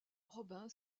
robin